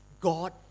God